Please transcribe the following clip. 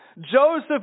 Joseph